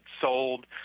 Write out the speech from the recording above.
sold